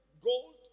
gold